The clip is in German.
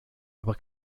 aber